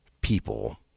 people